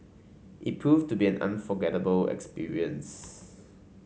it proved to be an unforgettable experience